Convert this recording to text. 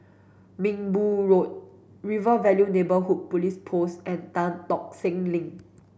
Minbu Road River Valley Neighbourhood Police Post and Tan Tock Seng Link